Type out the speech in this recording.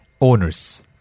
owners